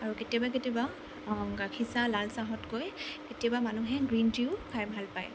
আৰু কেতিয়াবা কেতিয়াবা গাখীৰ চাহ লালচাহতকৈ কেতিয়াবা মানুহে গ্ৰীণ টিও খাই ভাল পায়